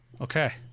Okay